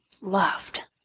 loved